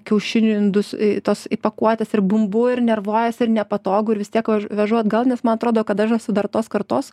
kiaušinių indus į tuos į pakuotes ir bumbu ir nervuojuosi ir nepatogu ir vis tiek ož vežu atgal nes man atrodo kad dažnas dar tos kartos